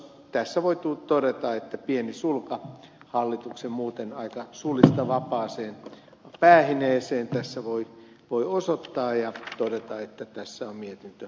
tässä voi todeta että pienen sulan hallituksen muuten aika sulista vapaaseen päähineeseen tässä voi osoittaa ja todeta että tässä on mietitty